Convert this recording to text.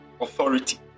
authority